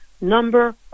number